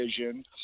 vision